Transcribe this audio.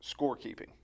scorekeeping